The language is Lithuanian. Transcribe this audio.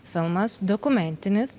filmas dokumentinis